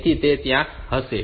તેથી તે ત્યાં હશે